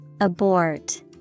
Abort